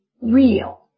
real